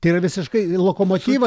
tai yra visiškai lokomotyva